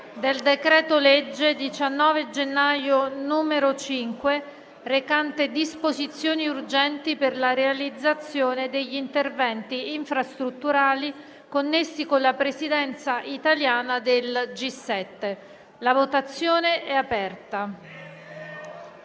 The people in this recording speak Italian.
Il decreto-legge 19 gennaio 2024, n. 5, recante disposizioni urgenti per la realizzazione degli interventi infrastrutturali connessi con la presidenza italiana del G7, è convertito